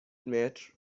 متر